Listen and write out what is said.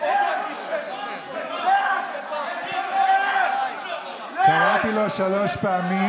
(חבר הכנסת עופר כסיף יוצא מאולם המליאה.) קראתי אותו לסדר שלוש פעמים